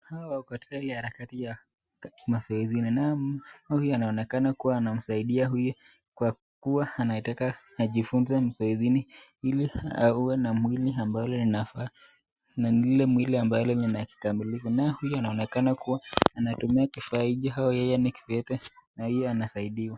Hawa wako katika ile harakati ya katika mazoezi na mama huyu anaonekana kuwa anamsaidia huyu kwa kuwa anataka ajifunze mazoezini ili awe na mwili ambao linafaa na ni lile mwili ambalo lina ukamilifu. Na huyu anaonekana kuwa anatumia kifa hiki au yeye ni kwete na hii anasaidiwa.